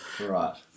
Right